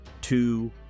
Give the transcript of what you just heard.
two